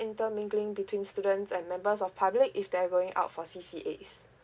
intermingling between students and members of public if they're going out for C_C_As